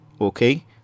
okay